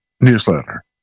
newsletter